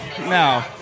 No